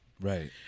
Right